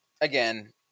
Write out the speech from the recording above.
again